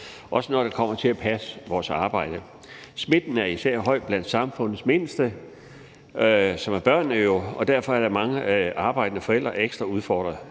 også når det kommer til at passe vores arbejde. Smitten er især høj blandt samfundets mindste, altså børnene, og derfor er mange arbejdende forældre ekstra udfordret,